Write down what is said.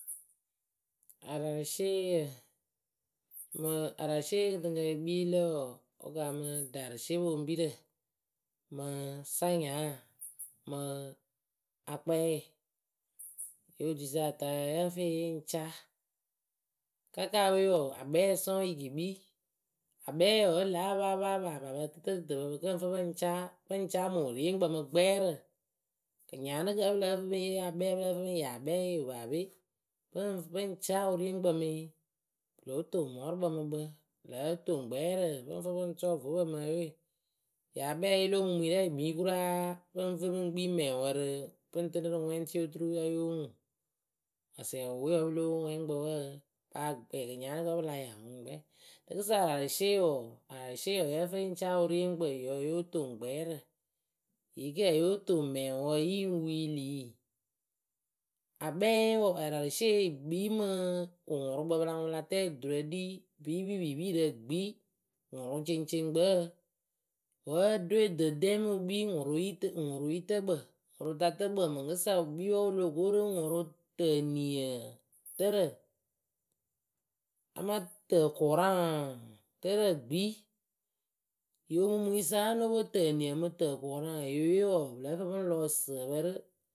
Ararɨsieyǝ mɨ ararɨsieye kɨtɨŋkǝ yɨ kpii lǝ wɔɔ, wɨ kaamɨ ɖarɨsiepoŋpirǝ. Mɨɨ sanyaa mɨɨ akpɛɛ. Yo otuisa ataa yǝ fɨɩ yɨ ŋ caa. Kakawe wɔɔ, akpɛɛyǝ soŋ yɨ ke kpii. Akpɛɛyǝ wǝ́ lɑ̌ apaapapaapapǝ ǝtɨtǝtɨtǝpǝpɨ kǝŋ fɨ pɨ ŋ caa. Pɨ ŋ caa mɨ wɨrieŋkpǝ mɨ gbɛɛrǝ. Kɨnyaanɨkǝ wǝ́ pɨ lǝ́ǝ fɨ pɨ ŋ yee akpɛɛ, pɨ lǝ́ǝ fɨ pɨ ŋ yaa akpɛɛyɨwe paape pɨ ŋ fɨ pɨ ŋ caa wɨrieŋkpǝ mɨ yɨ. Pɨ lóo toŋ mɔɔrʊkpǝ mɨ kpɨ, pɨ lóo toŋ gbɛɛrǝ pɨ ŋ fɨ pɨ ŋ sɔɔ vwepǝ mɨ ǝywe ŋyɨ akpɛɛye lo omumuŋyɨrɛ yɨ kpii kʊraa pɨ ŋ fɨ pɨŋ kii mɛŋwǝ rɨ pɨ ŋ tɨnɨ rɨ pwɛŋtiʊ oturu ya yóo ŋuŋ. Asɛ ŋ wɨ we wǝ́ pɨ lóo pwo wɛŋkpǝ wǝǝ. Paa gb ɛɛ kɨnyaanɨkǝ wǝ́ pɨ la yaa wɨ ŋkpɛ. Rɨkɨsa ararɨsieyǝ wɔɔ, ararɨsieyǝ wǝ́ yǝ́ǝ fɨ yɨ ŋ caa wɨrieŋkpǝ, ŋyɨ wǝ́ yóo toŋ gbɛɛrǝ ŋyɨ ke wǝ́ yóo toŋ mɛŋwǝ yɨ ŋ wiilii. Akpɛɛye wɔɔ, ararɨsieye yɨ kpii mɨ kʊŋʊrʊkpǝ pɨ la ŋʊrʊ pɨ la tɛɛ duturǝ ɖii biipipiipiirǝ gbii, wɨwʊrʊceŋceŋkpǝǝǝ. Wǝ́ ɖɨwe dɨ dɛɛ mɨ wɨ kpii ŋʊrʊyitɨ wɨŋʊrʊyitǝkpǝ ŋʊrʊtatǝkpǝ mɨŋkɨsa wɨ kpii wǝ́ wɨ loh koo rɨ ŋʊrʊtǝniǝǝtǝrǝ. Amaa tǝkʊraŋaŋtǝrǝ gbii. Ŋyɨ omumuŋyɨsa ŋ́ a nóo pwo tǝniǝ mɨ tǝkʊraŋ pɨ lǝ́ǝ fɨ pɨ ŋ lɔ ǝsǝǝpǝ rɨ.